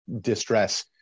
distress